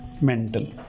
mental